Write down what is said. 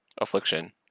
Affliction